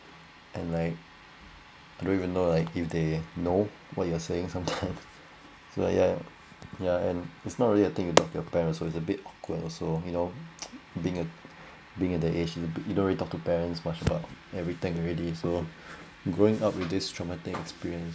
and like don't even like if they know what you are saying sometime so yeah yeah and it's not really a thing you talk to your parents so a bit awkward also you know being a being at the age you but you don't really talk to parents much about everything already so growing up with this traumatic experience